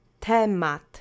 Temat